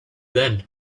then